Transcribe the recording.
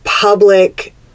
Public